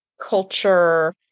culture